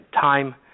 time